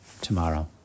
tomorrow